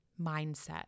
mindset